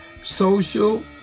social